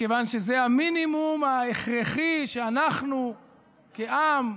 מכיוון שזה המינימום ההכרחי שאנחנו כעם,